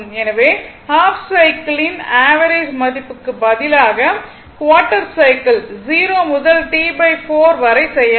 எனவே ஹாஃப் சைக்கிளின் ஆவரேஜ் மதிப்புக்கு பதிலாக குவார்ட்டர் சைக்கிள் 0 முதல் T4 வரை செய்யலாம்